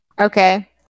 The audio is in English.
Okay